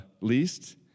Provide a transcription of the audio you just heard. least